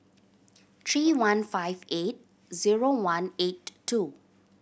three one five eight zero one eight two